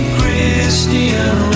Christian